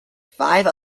five